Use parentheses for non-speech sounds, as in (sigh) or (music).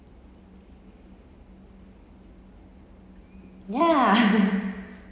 ya (laughs)